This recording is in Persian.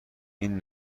این